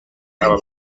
aba